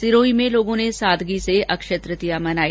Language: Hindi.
सिरोही में लोगों ने सादगी से अक्षय तृतीया मनाया